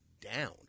down